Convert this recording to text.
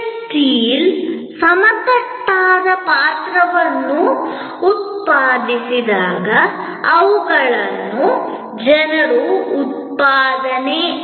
ಯಂತ್ರವನ್ನು ಖರೀದಿಸಿದ್ದರೆ second hand ಯಂತ್ರವನ್ನು ಮಾರಾಟ ಮಾಡುವುದು ಅಥವಾ ಸೆಕೆಂಡ್ ಹ್ಯಾಂಡ್ ಉತ್ಖನನ ಯಂತ್ರವನ್ನು ಖರೀದಿಸುವುದು ವಿವಿಧ ರೀತಿಯ ಕಾನೂನು ಮತ್ತು ವ್ಯವಹಾರ ಸಮಸ್ಯೆಗಳನ್ನು